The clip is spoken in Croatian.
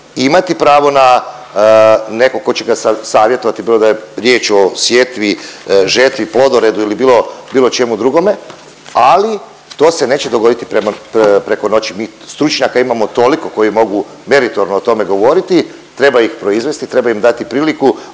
imati pravo na nekog tko će ga savjetovati bilo da je riječ o sjetvi, žetvi, plodoredu ili bilo, bilo čemu drugome, ali to se neće dogoditi preko noći. Mi stručnjaka imamo toliko koji mogu meritorno o tome govoriti, treba ih proizvesti, treba im dati priliku,